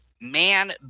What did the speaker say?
man